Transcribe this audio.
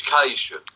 education